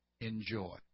Enjoy